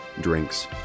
drinks